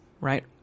right